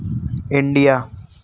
India